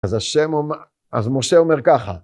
אז השם אומר אז משה אומר ככה